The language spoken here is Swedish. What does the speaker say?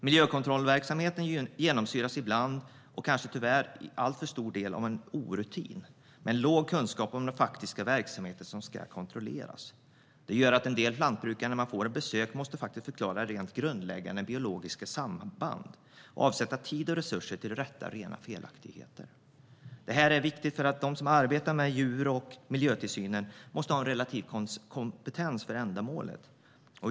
Miljökontrollverksamheten genomsyras tyvärr ibland av en stor orutin med låg kunskap om den faktiska verksamhet som ska kontrolleras. Det gör att en del lantbrukare när de får besök måste förklara grundläggande biologiska samband och avsätta tid och resurser till att rätta rena felaktigheter. Det är viktigt att de som arbetar med djur och miljötillsyn har en relevant kompetens för ändamålet.